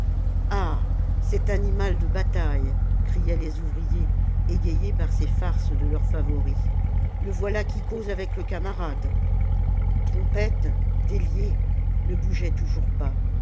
ah cet animal de bataille criaient les ouvriers égayés par ces farces de leur favori le voilà qui cause avec le camarade trompette délié ne bougeait toujours pas